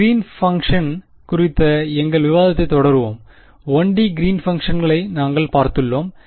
green function குறித்த எங்கள் விவாதத்தைத் தொடருவோம் 1 டி கிறீன் பங்க்ஷன்களை நாங்கள் பார்த்துள்ளோம்